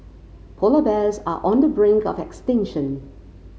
polar bears are on the brink of extinction